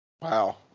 Wow